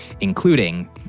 including